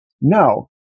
No